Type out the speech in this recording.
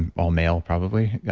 and all male, probably, yeah